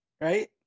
Right